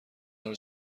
مرا